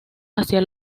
hacia